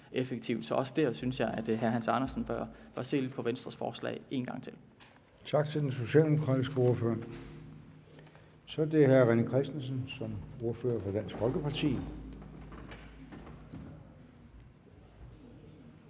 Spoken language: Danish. Så også dér synes jeg at hr. Hans Andersen bør se lidt på Venstres forslag en gang til. Kl. 11:51 Formanden: Tak til den socialdemokratiske ordfører. Så er det hr. René Christensen som ordfører for Dansk Folkeparti.